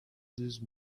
those